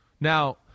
Now